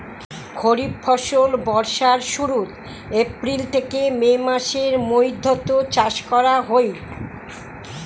খরিফ ফসল বর্ষার শুরুত, এপ্রিল থেকে মে মাসের মৈধ্যত চাষ করা হই